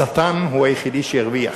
השטן הוא היחידי שהרוויח.